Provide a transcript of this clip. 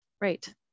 Right